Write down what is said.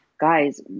Guys